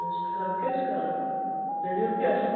نہ حظ خراب کیاز کرو دلیٖل کیاہ چھِ